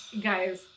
guys